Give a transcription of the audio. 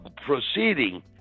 proceeding